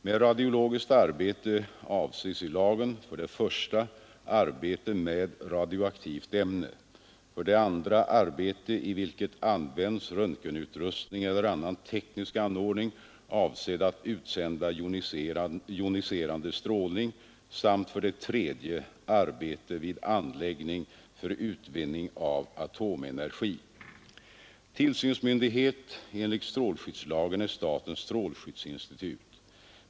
Med radiologiskt arbete avses i lagen 1) arbete med radioaktivt ämne, 2) arbete i vilket används röntgenutrustning eller annan teknisk anordning, avsedd att utsända joniserande strålning samt 3) arbete vid anläggning för utvinning av atomenergi. Tillsynsmyndighet enligt strålskyddslagen är statens strålskyddsinstitut.